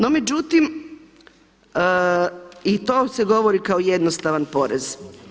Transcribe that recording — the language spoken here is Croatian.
No međutim i to se govori kao jednostavan porez.